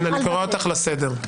אותך לסדר.